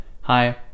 hi